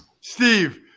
Steve